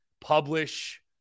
publish